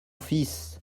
fils